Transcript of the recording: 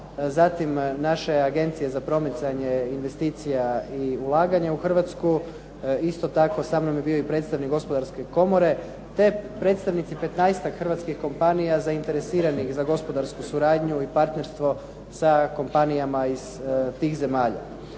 zatim naše Agencije za promicanje investicija i ulaganja u Hrvatsku. Isto tako sa mnom je bio i predstavnik gospodarske komore, te predstavnici 15-ak hrvatskih kompanija zainteresiranih za gospodarsku suradnju i partnerstvo sa kompanijama iz tih zemalja.